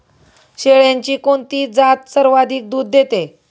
शेळ्यांची कोणती जात सर्वाधिक दूध देते?